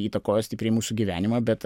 įtakojo stipriai mūsų gyvenimą bet